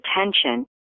attention